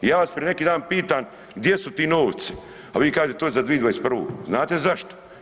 I ja vas prije neki dan pitam gdje su ti novci, a vi kažete, to je za 2021., znate zašto?